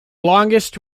longest